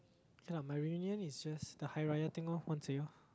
ya lah my reunion is just the Hari-Raya thing lor once a year